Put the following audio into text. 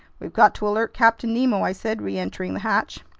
we've got to alert captain nemo, i said, reentering the hatch.